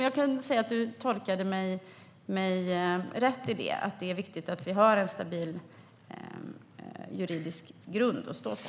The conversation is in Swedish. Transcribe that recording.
Jag kan dock säga att du tolkade mig rätt när det gäller att det är viktigt att vi har en stabil juridisk grund att stå på.